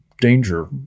danger